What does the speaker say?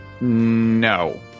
No